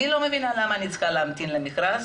ואני לא מבינה למה צריך להמתין למכרז